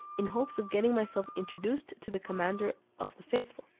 in hopes of getting myself introduced to the commander of the faithful,